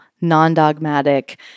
non-dogmatic